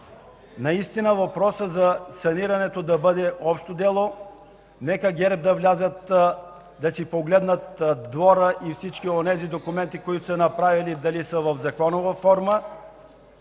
наистина въпросът за санирането да бъде общо дело. Нека ГЕРБ да влязат да си погледнат двора и всички онези документи, които са направили, дали са в законова форма.